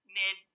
mid